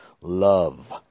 love